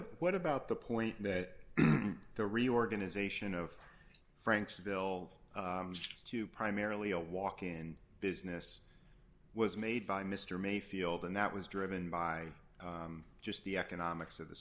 it what about the point that the reorganization of frank's bill to primarily a walk in business was made by mr mayfield and that was driven by just the economics of the